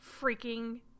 freaking